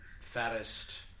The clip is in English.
fattest